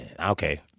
okay